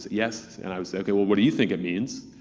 yes. and i would say, okay, well, what do you think it means?